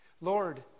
Lord